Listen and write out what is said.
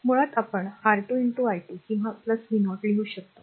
मुळात आपण R2 i2 किंवा v0 लिहू शकतो